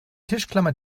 tischklammer